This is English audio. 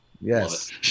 Yes